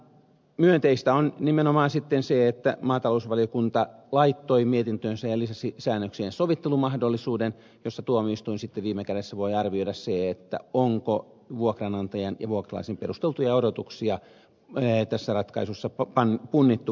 myönteistä on nimenomaan sitten se että maa ja metsätalousvaliokunta lisäsi mietintöönsä säännöksien sovittelumahdollisuuden jossa tuomioistuin sitten viime kädessä voi arvioida sen onko vuokranantajan ja vuokralaisen perusteltuja odotuksia tässä ratkaisussa punnittu oikeudenmukaisella tavalla